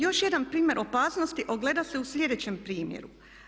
Još jedan primjer opasnosti ogleda se u sljedećem primjeru.